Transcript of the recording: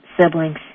siblings